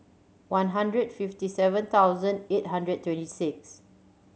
one hundred fifty seven thousand eight hundred twenty six